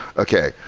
okay,